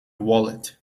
wallet